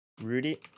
Rudy